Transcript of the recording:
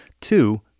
Two